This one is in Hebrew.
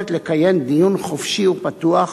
היכולת לקיים דיון חופשי ופתוח,